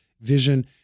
vision